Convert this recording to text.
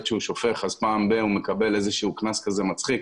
שהוא שופך פעם ב- הוא מקבל איזה שהוא קנס כזה מצחיק,